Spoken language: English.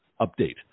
update